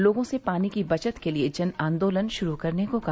लोगों से पानी की बचत के लिए जन आंदोलन शुरू करने को कहा